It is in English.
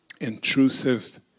intrusive